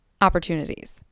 opportunities